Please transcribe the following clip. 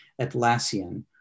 Atlassian